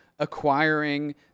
Acquiring